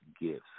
Gifts